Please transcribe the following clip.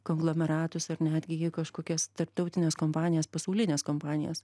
konglomeratus ar netgi į kažkokias tarptautines kompanijas pasaulines kompanijas